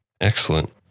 Excellent